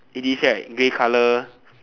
it is right grey colour